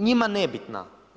njima nebitna.